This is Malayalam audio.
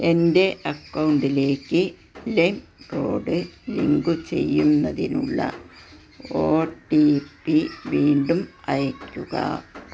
എന്റെ അക്കൗണ്ടിലേക്ക് ലൈം റോഡ് ലിങ്ക് ചെയ്യുന്നതിനുള്ള ഓ ടി പി വീണ്ടും അയയ്ക്കുക